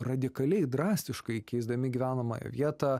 radikaliai drastiškai keisdami gyvenamąją vietą